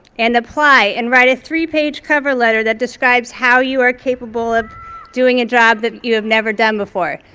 and apply and write a three page cover letter that describes how you are capable of doing a job that you have never done before.